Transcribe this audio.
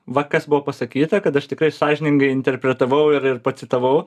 va kas buvo pasakyta kad aš tikrai sąžiningai interpretavau ir ir pacitavau